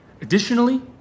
Additionally